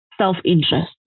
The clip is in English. self-interest